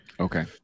Okay